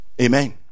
Amen